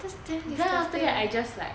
then after that I just like